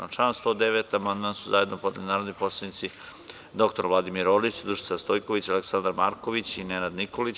Na član 109. amandman su zajedno podneli narodni poslanici dr Vladimir Orlić, Dušica Stojković, Aleksandar Marković i Nenad Nikolić.